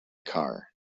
car